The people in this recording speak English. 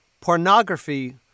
pornography